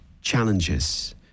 challenges